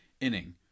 inning